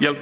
jel